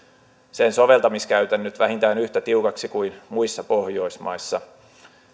sen soveltamiskäytännöt vähintään yhtä tiukoiksi kuin muissa pohjoismaissa